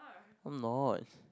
I'm not